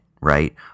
right